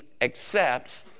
accepts